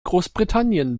großbritannien